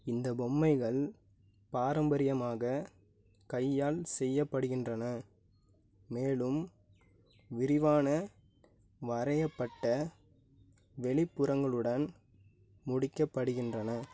இந்த பொம்மைகள் பாரம்பரியமாக கையால் செய்யப்படுகின்றன மேலும் விரிவான வரையப்பட்ட வெளிப்புறங்களுடன் முடிக்கப்படுகின்றன